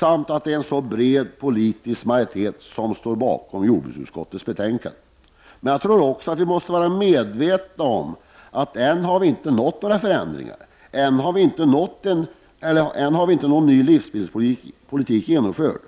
och på att det är en så bred politisk majoritet bakom jordbruksutskottets betänkande. Men jag tror också att vi måste vara medvetna om att än har vi inte nått förändringen, än har vi inte någon ny livsmedelspolitik genomförd.